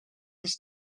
his